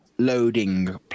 loading